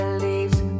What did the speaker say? leaves